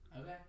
Okay